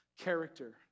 Character